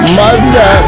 mother